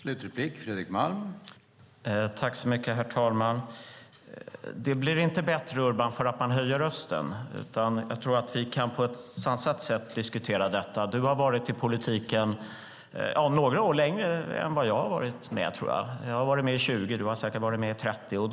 Herr talman! Det blir inte bättre, Urban, för att man höjer rösten. Jag tror att vi på ett sansat sätt kan diskutera detta. Du har varit med i politiken några år längre än jag. Jag har varit med i 20 år, och du har säkert varit med i 30 år.